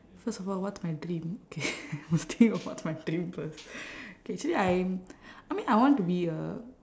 first of all what's my dream K must think of what's my dream first K actually I'm I mean I want to be a